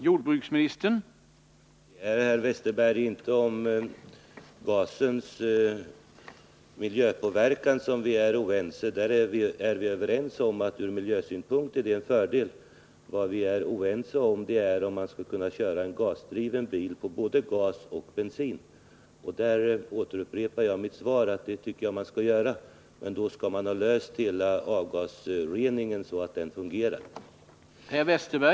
Herr talman! Det är inte, herr Westerberg, om gasens miljöpåverkan som vi är oense. Vi är ju överens om att det blir en fördel från miljösynpunkt. Vad vi är oense om är om man kan köra en bil på både gas och bensin. Här upprepar jag att jag tycker att man skall göra detta, men då skall man också ha löst hela problemet med avgasreningen, så att den fungerar.